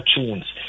tunes